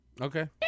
Okay